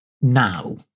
now